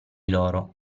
loro